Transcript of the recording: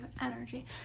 energy